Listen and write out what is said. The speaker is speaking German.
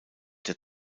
der